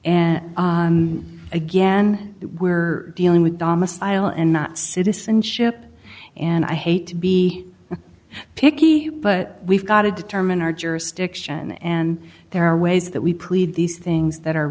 and again we are dealing with dahmus island not citizenship and i hate to be picky but we've got to determine our jurisdiction and there are ways that we plead these things that are